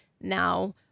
now